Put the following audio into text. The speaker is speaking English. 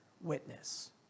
witness